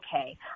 okay